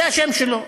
זה השם שלו.